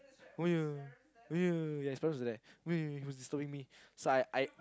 oh ya oh ya his parents were there he was disturbing me so I I